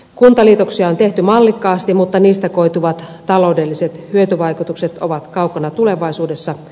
kuntaliitoksia on tehty mallikkaasti mutta niistä koituvat taloudelliset hyötyvaikutukset ovat kaukana tulevaisuudessa